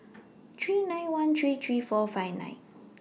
three nine one three three four five nine